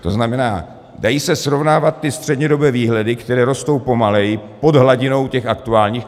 To znamená, dají se srovnávat ty střednědobé výhledy, které rostou pomaleji pod hladinou aktuálních.